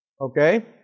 Okay